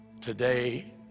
today